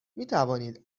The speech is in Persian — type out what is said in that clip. میتوانید